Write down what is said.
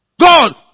God